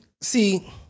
See